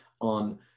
on